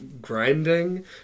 grinding